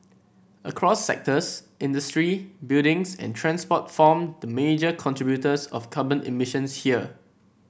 across sectors industry buildings and transport form the major contributors of carbon emissions here